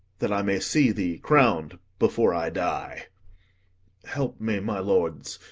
that i may see thee crown'd before i die help me, my lords,